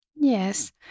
Yes